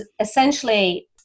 essentially